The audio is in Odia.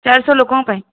ଚାରିଶହ ଲୋକଙ୍କ ପାଇଁ